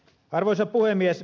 arvoisa puhemies